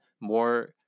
more